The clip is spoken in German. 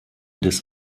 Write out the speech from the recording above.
des